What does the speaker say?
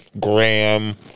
graham